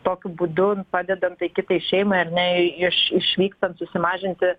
tokiu būdu padedant tai kitai šeimai ar ne iš išvykstant susimažinti